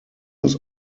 his